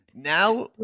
Now